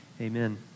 Amen